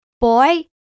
boy